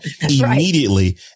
immediately